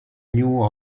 new